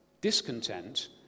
discontent